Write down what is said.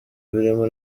birimo